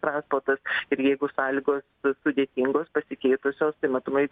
transportas ir jeigu sąlygos sudėtingos pasikeitusios tai matomai